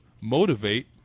motivate